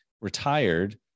retired